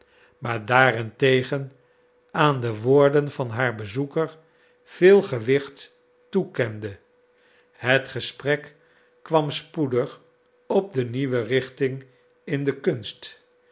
maar daarentegen aan de woorden van haar bezoeker veel gewicht toekende het gesprek kwam spoedig op de nieuwe richting in de kunst